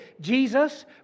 Jesus